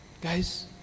Guys